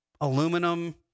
aluminum